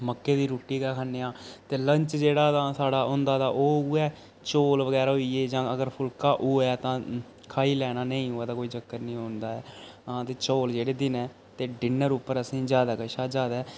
मक्कें दी रुट्टी गै खन्ने आं ते लंच जेह्ड़ां तां साढ़ा होंदा तां उ'ऐ चौल बगैरा होई गे जां अगर फुलके होए तां खाई लैना नेईं होए तां कोई चक्कर निं होंदा ऐ हां ते चौल जेह्ड़े दिनें ते डिनर उप्पर असें गी जैदा कशा जैदा